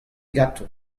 ganto